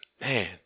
Man